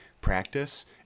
practice